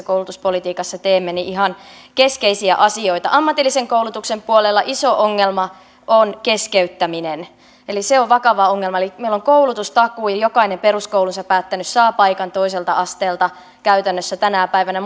koulutuspolitiikassa teemme ihan keskeisiä asioita ammatillisen koulutuksen puolella iso ongelma on keskeyttäminen eli se on vakava ongelma meillä on koulutustakuu ja jokainen peruskoulunsa päättänyt saa paikan toiselta asteelta käytännössä tänä päivänä